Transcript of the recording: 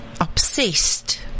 obsessed